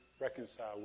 reconcile